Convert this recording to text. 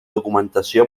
documentació